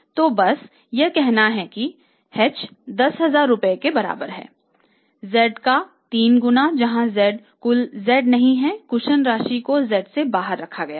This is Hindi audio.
तो बस यह कहना है कि h 10000 के बराबर है z का 3 गुना जहाँ z कुल z नहीं है कुशन राशि को z के बाहर रखा गया है